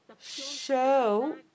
show